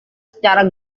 secara